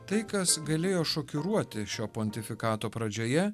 tai kas galėjo šokiruoti šio pontifikato pradžioje